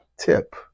tip